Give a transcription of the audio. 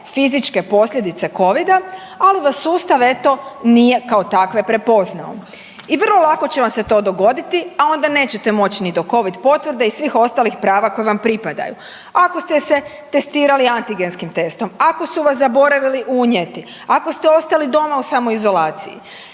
fizičke posljedice Covida, ali vas sustav eto nije kao takve prepoznao. I vrlo lako će vam se to dogoditi, a onda nećete moći ni do Covid potvrde i svih ostalih prava koja vam pripadaju. Ako ste se testirali antigenskim testom, ako su vas zaboravili unijeti, ako ste ostali doma u samoizolaciji